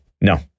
no